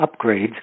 upgrades